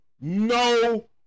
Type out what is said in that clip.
no